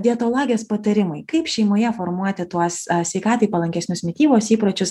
dietologės patarimai kaip šeimoje formuoti tuos sveikatai palankesnius mitybos įpročius